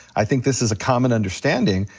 i think this is a common understanding.